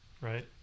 right